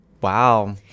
Wow